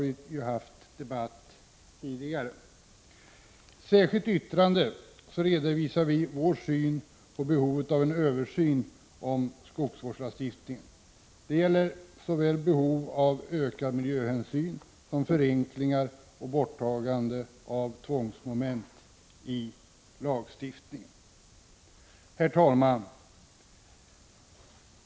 I ett särskilt yttrande redovisar vi vår syn på behovet av en översyn av skogsvårdslagstiftningen i syfte att uppnå såväl ökade miljöhänsyn som förenklingar och borttagande av tvångsmoment i lagstiftningen. Herr talman!